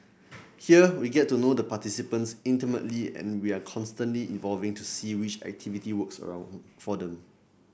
here we get to know the participants intimately and we are constantly evolving to see which activity works around for them